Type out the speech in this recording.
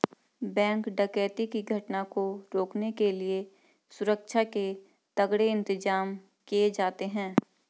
bank डकैती की घटना को रोकने के लिए सुरक्षा के तगड़े इंतजाम किए जाते हैं